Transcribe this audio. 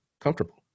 comfortable